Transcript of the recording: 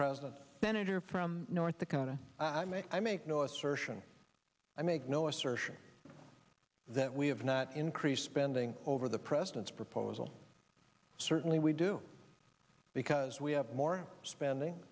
president senator from north dakota i make i make no assertion i make no assertion that we have not increased spending over the president's proposal certainly we do because we have more spending